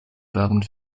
waren